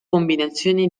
combinazione